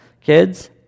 kids